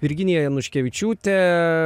virginija januškevičiūtė